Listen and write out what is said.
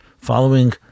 following